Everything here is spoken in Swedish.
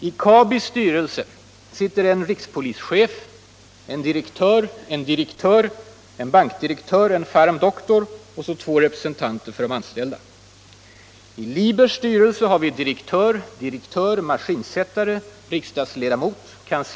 I Kabis styrelse sitter en rikspolischef, en direktör, en direktör, en bankdirektör och en farm. dr — och så sitter där två representanter för Allmänpolitisk debatt Allmänpolitisk debatt de anställda.